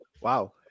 Wow